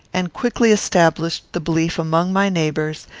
and quickly established the belief among my neighbours,